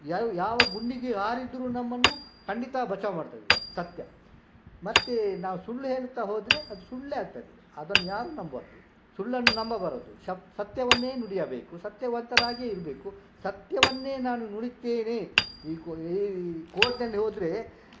ಯಾವ ಯಾವ ಗುಂಡಿಗೆ ಹಾರಿದ್ರೂ ನಮ್ಮನ್ನು ಖಂಡಿತ ಬಚಾವು ಮಾಡ್ತದೆ ಸತ್ಯ ಮತ್ತೆ ನಾವು ಸುಳ್ಳು ಹೇಳುತ್ತಾ ಹೋದರೆ ಅದು ಸುಳ್ಳೇ ಆಗ್ತದೆ ಅದನ್ಯಾರು ನಂಬಬಾರ್ದು ಸುಳ್ಳನ್ನು ನಂಬಬಾರದು ಸತ್ ಸತ್ಯವನ್ನೇ ನುಡಿಯಬೇಕು ಸತ್ಯವಂತರಾಗಿಯೇ ಇರಬೇಕು ಸತ್ಯವನ್ನೇ ನಾನು ನುಡಿಯುತ್ತೇನೆ ಈ ಕೋ ಈ ಕೋರ್ಟ್ನಲ್ಲಿ ಹೋದರೆ